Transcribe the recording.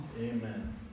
Amen